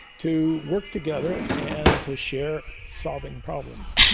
to work together and to share solving problems.